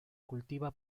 cultiva